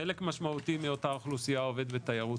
חלק משמעותי מאותה אוכלוסייה עובד בתיירות